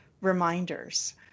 reminders